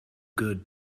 good